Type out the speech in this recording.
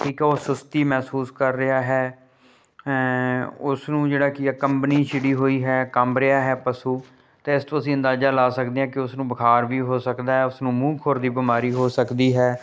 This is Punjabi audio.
ਇੱਕ ਉਹ ਸੁਸਤੀ ਮਹਿਸੂਸ ਕਰ ਰਿਹਾ ਹੈ ਉਸ ਨੂੰ ਜਿਹੜਾ ਕੀ ਕੰਬਣੀ ਛਿੜੀ ਹੋਈ ਹੈ ਕੰਬ ਰਿਹਾ ਹੈ ਪਸ਼ੂ ਇਸ ਤੋਂ ਅਸੀਂ ਅੰਦਾਜ਼ਾ ਲਾ ਸਕਦੇ ਆ ਕਿ ਉਸਨੂੰ ਬੁਖਾਰ ਵੀ ਹੋ ਸਕਦਾ ਉਸਨੂੰ ਮੂੰਹ ਖੁਰ ਦੀ ਬਿਮਾਰੀ ਹੋ ਸਕਦੀ ਹੈ